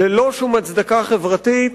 ללא שום הצדקה חברתית,